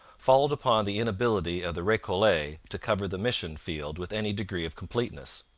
followed upon the inability of the recollets to cover the mission field with any degree of completeness.